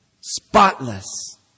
Spotless